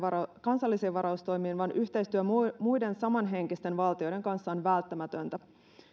kansallisiin varautumistoimiin vaan yhteistyö muiden samanhenkisten valtioiden kanssa on välttämätöntä